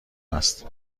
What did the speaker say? است